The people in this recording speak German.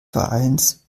vereins